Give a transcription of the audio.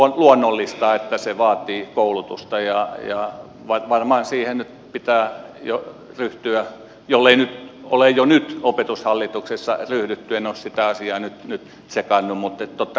on luonnollista että se vaatii koulutusta ja varmaan siihen nyt pitää jo ryhtyä jollei ole jo nyt opetushallituksessa ryhdytty en ole sitä asiaa nyt tsekannut mutta totta kai